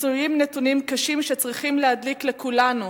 מצויים נתונים קשים שצריכים להדליק אצל כולנו